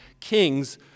kings